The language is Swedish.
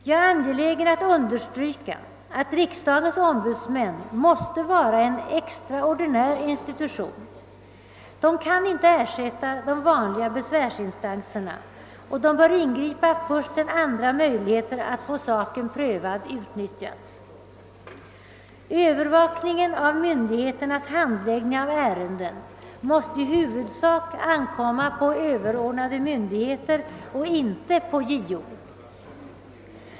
Jag är angelägen att understryka att riksdagens ombudsmän måste utgöra en extraordinär institution. De kan inte ersätta de vanliga besvärsinstanserna och bör ingripa först sedan andra möjligheter att få en sak prövad utnyttjats. Övervakningen av myndigheternas handläggning av ärenden måste i huvudsak ankomma på överordnade myndigheter och inte på JO.